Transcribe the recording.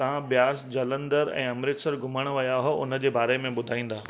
तव्हां ब्यास जलंधर ऐं अमृतसर घुमण विया उहे हुन जे बारे में ॿुधाईंदा